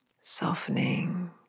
Softening